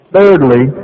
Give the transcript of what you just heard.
Thirdly